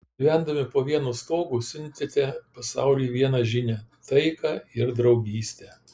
gyvendami po vienu stogu siuntėte pasauliui vieną žinią taiką ir draugystę